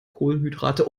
kohlenhydrate